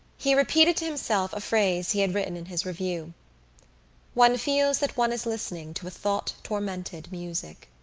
he repeated to himself a phrase he had written in his review one feels that one is listening to a thought-tormented music.